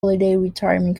retirement